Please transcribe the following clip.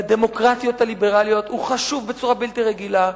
בדמוקרטיות הליברליות, הוא חשוב בצורה בלתי רגילה.